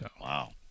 Wow